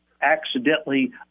accidentally